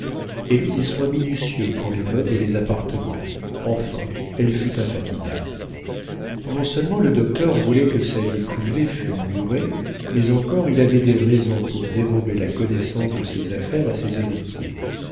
elle eut des soins minutieux pour les meubles et les appartements enfin elle fut infatigable non-seulement le docteur voulait que sa vie privée fût murée mais encore il avait des raisons pour dérober la connaissance de ses affaires à ses héritiers